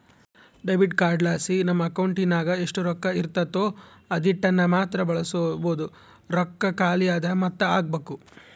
debit ಕಾರ್ಡ್ಲಾಸಿ ನಮ್ ಅಕೌಂಟಿನಾಗ ಎಷ್ಟು ರೊಕ್ಕ ಇರ್ತತೋ ಅದೀಟನ್ನಮಾತ್ರ ಬಳಸ್ಬೋದು, ರೊಕ್ಕ ಖಾಲಿ ಆದ್ರ ಮಾತ್ತೆ ಹಾಕ್ಬಕು